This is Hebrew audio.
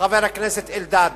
חבר הכנסת אלדד,